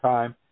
Time